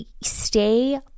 stay